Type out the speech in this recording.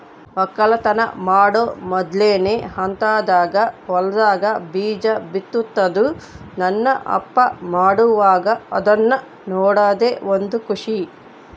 ವಕ್ಕಲತನ ಮಾಡೊ ಮೊದ್ಲನೇ ಹಂತದಾಗ ಹೊಲದಾಗ ಬೀಜ ಬಿತ್ತುದು ನನ್ನ ಅಪ್ಪ ಮಾಡುವಾಗ ಅದ್ನ ನೋಡದೇ ಒಂದು ಖುಷಿ